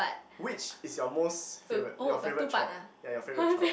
which is your most favourite your favourite chore ya your favourite chore